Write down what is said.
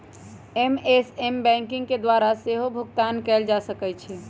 SMS banking के द्वारा सेहो भुगतान कएल जा सकै छै